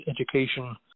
education